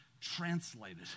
translated